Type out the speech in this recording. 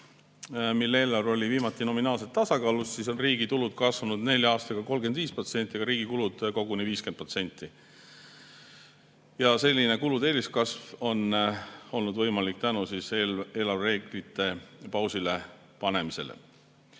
mille eelarve oli viimati nominaalselt tasakaalus, siis on riigi tulud kasvanud nelja aastaga 35%, aga riigi kulud koguni 50%. Selline kulude eeliskasv on olnud võimalik tänu eelarvereeglite pausile panemisele.